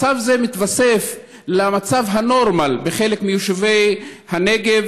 מצב זה מתווסף למצב הנורמלי בחלק מיישובי הנגב